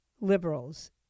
liberals